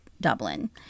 Dublin